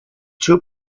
two